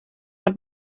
hat